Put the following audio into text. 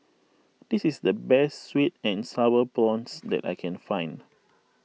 this is the best Sweet and Sour Prawns that I can find